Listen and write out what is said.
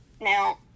Now